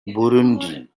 burundi